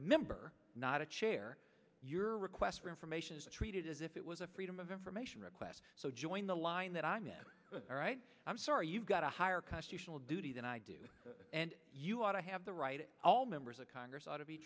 member not a chair your request for information is treated as if it was a freedom of information request so join the line that i meant all right i'm sorry you've got a higher constitutional duty than i do and you ought to have the right all members of congress ought to be